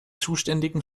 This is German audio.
zuständigen